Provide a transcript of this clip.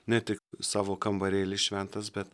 ne tik savo kambarėlį šventas bet